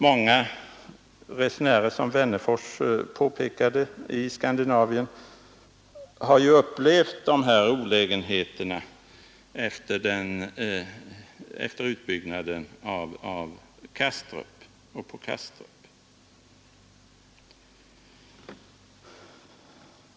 Många resenärer i Skandinavien har ju — som herr Wennerfors påpekade — upplevt sådana olägenheter på Kastrup.